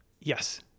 Yes